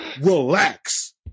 Relax